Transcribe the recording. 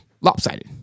lopsided